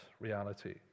reality